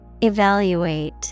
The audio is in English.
Evaluate